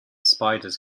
spiders